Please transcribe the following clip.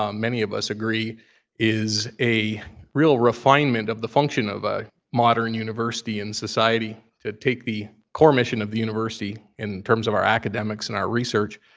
um many of us agree is a real refinement of the function of a modern university and society to take the core mission of the university in terms of our academics and our research,